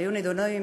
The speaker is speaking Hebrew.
היו נדונים,